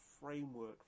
framework